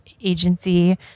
agency